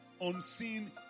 unseen